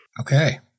Okay